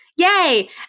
Yay